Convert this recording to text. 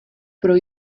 pro